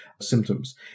symptoms